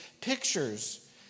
pictures